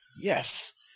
Yes